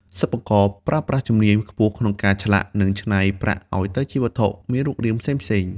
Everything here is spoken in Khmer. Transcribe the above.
សិប្បករប្រើប្រាស់ជំនាញខ្ពស់ក្នុងការឆ្លាក់ និង ច្នៃ ប្រាក់ឱ្យទៅជាវត្ថុមានរូបរាងផ្សេងៗ។